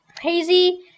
Hazy